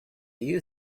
you